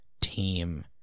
team